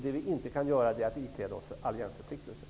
Det vi inte kan göra är att ikläda oss alliansförpliktelser.